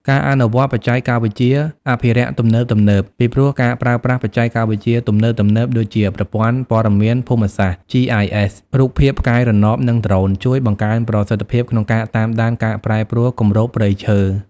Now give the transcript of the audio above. ការអនុវត្តបច្ចេកវិទ្យាអភិរក្សទំនើបៗ ពីព្រោះការប្រើប្រាស់បច្ចេកវិទ្យាទំនើបៗ ដូចជាប្រព័ន្ធព័ត៌មានភូមិសាស្ត្រ GIS រូបភាពផ្កាយរណប និងដ្រូន ជួយបង្កើនប្រសិទ្ធភាពក្នុងការតាមដានការប្រែប្រួលគម្របព្រៃឈើ។